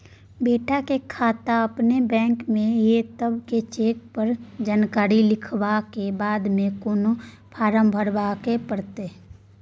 बेटा के खाता अपने बैंक में ये तब की चेक पर जानकारी लिखवा के बाद भी कोनो फारम भरबाक परतै?